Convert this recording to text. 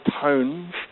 tones